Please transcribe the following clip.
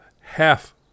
half